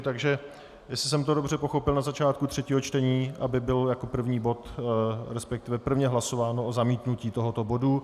Jestli jsem to dobře pochopil, tak na začátku třetího čtení, aby byl jako první bod, resp. prvně hlasováno o zamítnutí tohoto bodu.